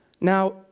Now